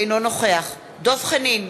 אינו נוכח דב חנין,